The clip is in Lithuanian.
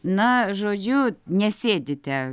na žodžiu nesėdite